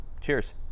Cheers